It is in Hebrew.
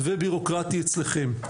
ובירוקרטי אצלכם.